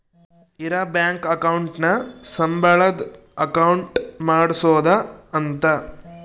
ಇರ bank account ನ ಸಂಬಳದ್ ಅಕೌಂಟ್ ಮಾಡ್ಸೋದ ಅಂತ